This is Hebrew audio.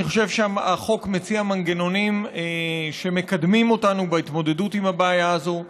אני חושב שהחוק מציע מנגנונים שמקדמים אותנו בהתמודדות עם הבעיה הזאת.